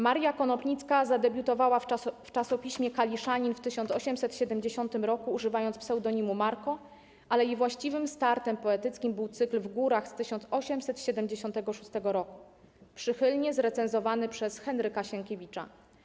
Maria Konopnicka zadebiutowała w czasopiśmie 'Kaliszanin' w 1870 roku, używając pseudonimu 'Marko', ale jej właściwym startem poetyckim był cykl 'W górach' z 1876 roku - przychylnie zrecenzowany przez Henryka Sienkiewicza.